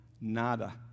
nada